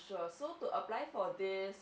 sure so to apply for this